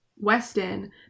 Weston